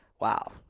wow